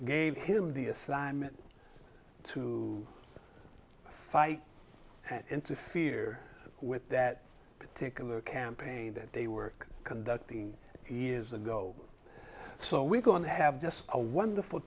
gave him the assignment to fight and interfere with that particular campaign that they were conducting years ago so we're going to have just a wonderful